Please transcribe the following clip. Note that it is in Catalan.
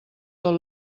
tot